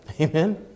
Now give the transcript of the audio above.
Amen